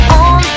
on